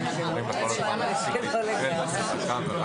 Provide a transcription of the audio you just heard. ממש בהתחלה, והתחנן שבעצם המדינה תיקח על